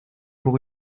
pour